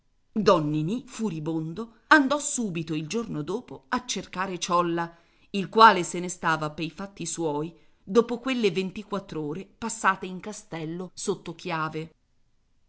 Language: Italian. ninì furibondo andò subito il giorno dopo a cercare ciolla il quale se ne stava pei fatti suoi dopo quelle ventiquattr'ore passate in castello